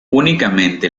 únicamente